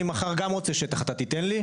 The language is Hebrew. אני מחר גם רוצה שטח אתה תיתן לי?